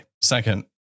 Second